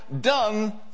done